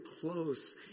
close